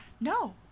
No